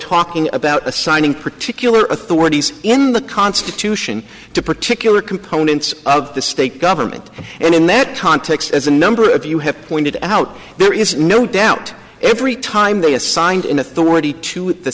talking about assigning particular authorities in the constitution to particular components of the state government and in that context as a number of you have pointed out there is no doubt every time they assigned in authority to the